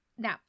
Now